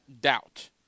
doubt